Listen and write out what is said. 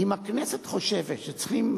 אם הכנסת חושבת שצריכים,